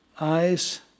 eyes